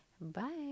Bye